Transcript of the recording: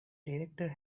director